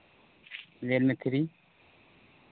Realme three